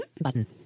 button